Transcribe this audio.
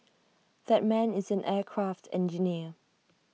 that man is an aircraft engineer